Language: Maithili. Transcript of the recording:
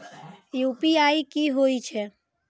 यू.पी.आई की होई छै?